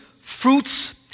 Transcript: fruits